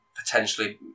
potentially